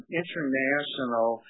international